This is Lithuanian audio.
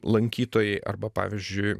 lankytojai arba pavyzdžiui